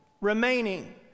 Remaining